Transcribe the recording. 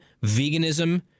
veganism